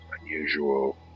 unusual